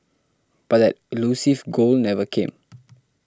but that elusive goal never came